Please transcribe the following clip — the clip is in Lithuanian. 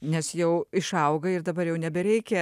nes jau išaugai ir dabar jau nebereikia